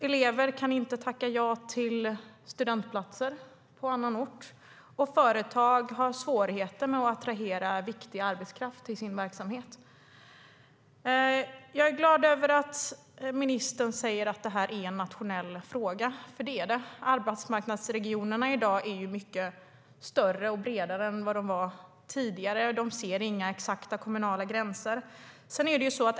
Elever kan inte tacka ja till studentplatser på annan ort, och företag har svårigheter att attrahera viktig arbetskraft till sin verksamhet. Jag är glad över att ministern säger att det här är en nationell fråga, för det är det. Arbetsmarknadsregionerna är mycket större och bredare i dag än vad de var tidigare. De ser inga exakta kommunala gränser.